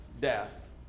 death